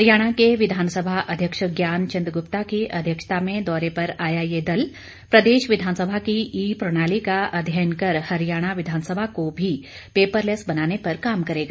हरियाणा के विधानसभा अध्यक्ष ज्ञान चंद गुप्ता की अध्यक्षता में दौरे पर आया ये दल प्रदेश विधानसभा की ई प्रणाली का अध्ययन कर हरियाणा विधानसभा को भी पेपरलेस बनाने पर काम करेगा